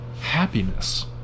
happiness